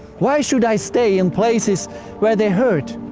why should i stay in places where they've heard?